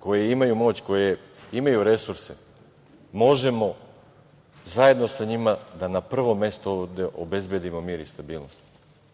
koje imaju moć, koje imaju resurse možemo zajedno sa njima da na prvom mestu ovde obezbedimo mir i stabilnost.